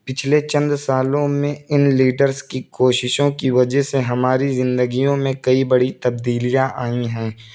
پچھلے چند سالوں میں ان لیڈرس کی کوششوں کی وجہ سے ہماری زندگیوں میں کئی بڑی تبدیلیاں آئ ہیں